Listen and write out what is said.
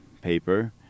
paper